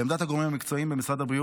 לעמדת הגורמים המקצועיים במשרד הבריאות,